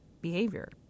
behavior